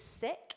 sick